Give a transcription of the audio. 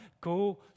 Go